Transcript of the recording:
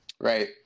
Right